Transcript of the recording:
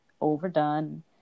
overdone